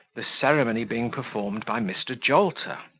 the ceremony being performed by mr. jolter,